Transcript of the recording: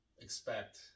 expect